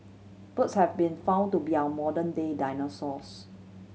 birds have been found to be our modern day dinosaurs